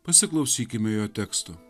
pasiklausykime jo teksto